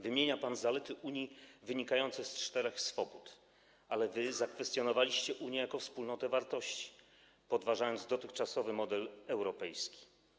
Wymienia pan zalety Unii wynikające z czterech swobód, ale wy zakwestionowaliście Unię jako wspólnotę wartości, podważając dotychczasowy model europejski.